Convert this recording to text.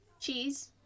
cheese